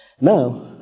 Now